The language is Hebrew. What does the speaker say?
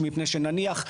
מפני שנניח,